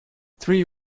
three